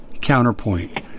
counterpoint